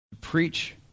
preach